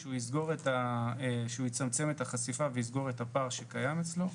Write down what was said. שהוא יצמצם את החשיפה ויסגור את הפער שקיים אצלו.